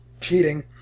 cheating